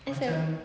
asal